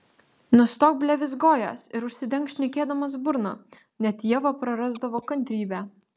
nustok blevyzgojęs ir užsidenk šnekėdamas burną net ieva prarasdavo kantrybę